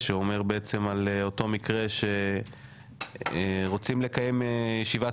שאומר בעצם על אותו מקרה שרוצים לקיים ישיבת